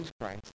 Christ